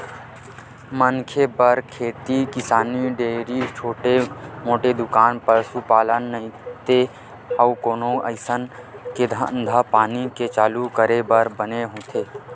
मनखे बर खेती किसानी, डेयरी, छोटे मोटे दुकान, पसुपालन नइते अउ कोनो अइसन के धंधापानी के चालू करे बर बने होथे